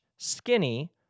Skinny